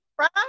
right